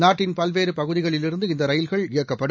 நாட்டின் பல்வேறு பகுதிகளில் இருந்து இந்த ரயில்கள் இயக்கப்படும்